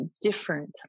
different